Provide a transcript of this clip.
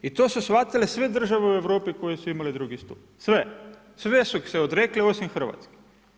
I to su shvatile sve države u Europi koje su imale drugi stup, sve, sve su se odrekle osim Hrvatske.